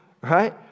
right